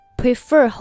prefer